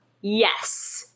Yes